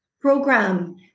program